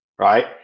Right